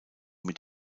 mit